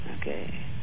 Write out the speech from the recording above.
Okay